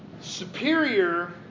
superior